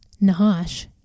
Nahash